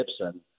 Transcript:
Gibson